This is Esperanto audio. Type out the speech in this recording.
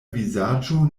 vizaĝo